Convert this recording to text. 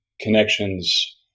connections